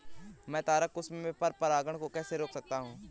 मैं तारक पुष्प में पर परागण को कैसे रोक सकता हूँ?